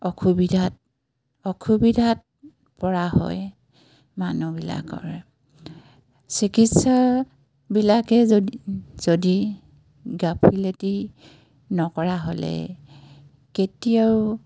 অসুবিধাত অসুবিধাত পৰা হয় মানুহবিলাকৰ চিকিৎসাবিলাকে যদি যদি গাফিলতি নকৰা হ'লে কেতিয়াও